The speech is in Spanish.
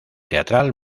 teatral